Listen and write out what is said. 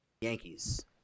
Yankees